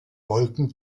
wolken